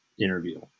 interview